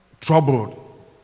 troubled